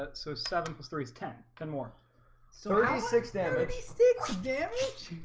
but so seven plus three is ten ten more sort of six damage six damage